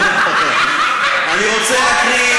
אני רוצה להקריא,